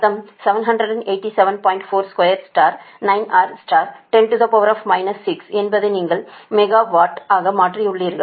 42 9 R 10 6 என்பதை நீங்கள் megawatt ஆக மாற்றியுள்ளீர்கள்